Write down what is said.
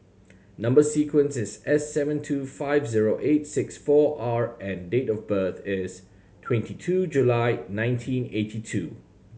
number sequence is S seven two five zero eight six four R and date of birth is twenty two July nineteen eighty two